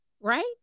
right